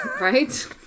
Right